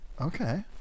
Okay